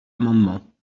amendement